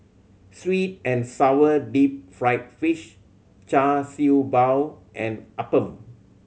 sweet and sour deep fried fish Char Siew Bao and appam